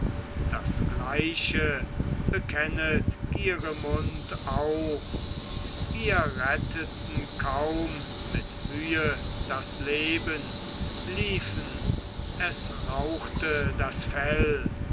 das gleiche bekennet gieremund auch wir retteten kaum mit mühe das leben liefen es rauchte das fell